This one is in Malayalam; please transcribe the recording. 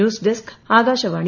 news desk Akashvani